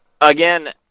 again